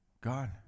God